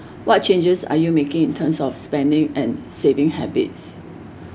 what changes are you making in terms of spending and saving habits